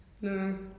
No